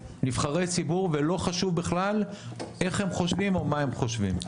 נבחרי ציבור ולא חשוב בכלל איך הם חושבים או מה הם חושבים,